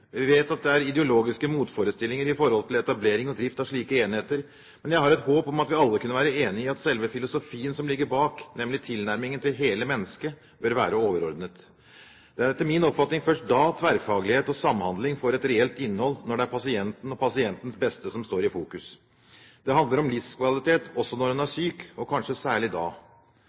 Vi vet at det er ideologiske motforestillinger til etablering og drift av slike enheter, men jeg har et håp om at vi alle kunne være enige om at selve filosofien som ligger bak, nemlig tilnærmingen til hele mennesket, bør være overordnet. Det er etter min oppfatning først når det er pasienten og pasientens beste som er i fokus, at tverrfaglighet og samhandling får et reelt innhold. Det handler om livskvalitet også når en er syk – og kanskje særlig da.